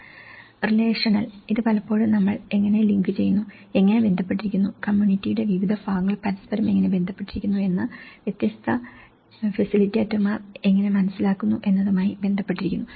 relational ഇത് പലപ്പോഴും നമ്മൾ എങ്ങനെ ലിങ്ക് ചെയ്യുന്നു എങ്ങനെ ബന്ധപ്പെട്ടിരിക്കുന്നു കമ്മ്യൂണിറ്റിയുടെ വിവിധ ഭാഗങ്ങൾ പരസ്പരം എങ്ങനെ ബന്ധപ്പെട്ടിരിക്കുന്നു എന്ന് വ്യത്യസ്ത ഫെസിലിറ്റേറ്റർമാർ എങ്ങനെ മനസ്സിലാക്കുന്നു എന്നതുമായി ബന്ധപ്പെട്ടിരിക്കുന്നു